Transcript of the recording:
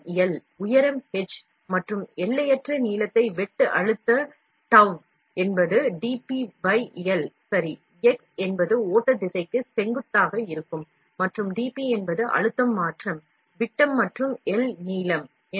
நீளம் L உயரம் H மற்றும் எல்லையற்ற நீளம் ஆகியவை பரப்பு அழுத்தத்தின் பின்வரும் அடிப்படை சமன்பாட்டிலிருந்து பெறப்படலாம் X என்பது ஓட்ட திசைக்கு செங்குத்தாக இருக்கும் மற்றும் dP என்பது அழுத்தம் மாற்றம் விட்டம் வழியாக அழுத்தம் வீழ்ச்சி மற்றும் L என்பது நீளம்